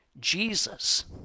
Jesus